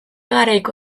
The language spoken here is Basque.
garaiko